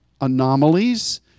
anomalies